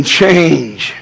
change